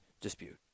dispute